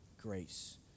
grace